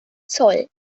zoll